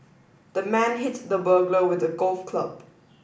the man hit the burglar with a golf club